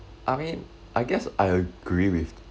I mean I guess I agree with